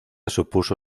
supuso